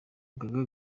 gaga